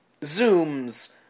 zooms